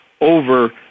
over